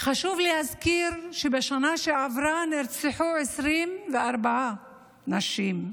חשוב להזכיר שבשנה שעברה נרצחו 24 נשים,